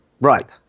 right